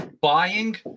buying